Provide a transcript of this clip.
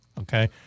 okay